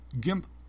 GIMP